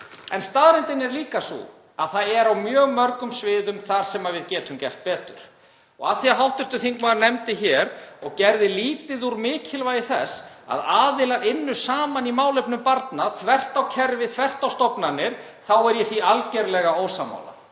En staðreyndin er líka sú að það er á mjög mörgum sviðum þar sem við getum gert betur. Hv. þingmaður nefndi hér og gerði lítið úr mikilvægi þess að aðilar ynnu saman í málefnum barna þvert á kerfi, þvert á stofnanir. Ég er því algjörlega ósammála.